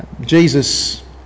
Jesus